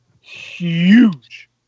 huge